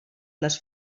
les